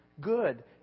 good